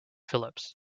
phillips